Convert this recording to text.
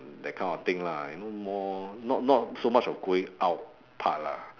that kind of thing lah you know more not not so much of going out part lah